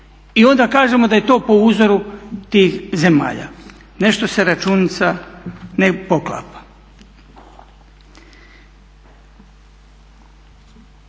i onda kažemo da je to po uzoru tih zemalja. Nešto se računica ne poklapa.